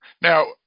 Now